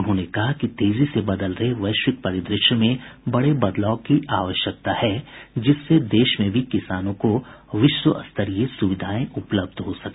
उन्होंने कहा कि तेजी से बदल रहे वैश्विक परिदृश्य में बड़े बदलाव की आवश्यकता है जिससे देश में भी किसानों को विश्व स्तरीय सुविधाएं उपलब्ध हो सके